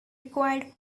required